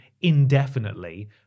indefinitely